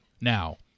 now